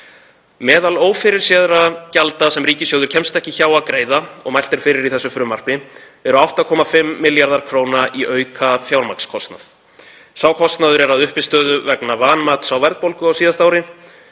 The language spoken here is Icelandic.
Meðal ófyrirséðra gjalda sem ríkissjóður kemst ekki hjá að greiða og mælt er fyrir um í þessu frumvarpi eru 8,5 milljarðar kr. í aukafjármagnskostnað. Sá kostnaður er að uppistöðu vegna vanmats á verðbólgu á árinu.